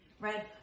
right